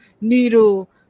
needle